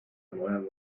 erneuerbaren